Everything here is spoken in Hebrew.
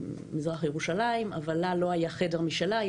במזרח ירושלים אבל לה לא היה חדר משלה,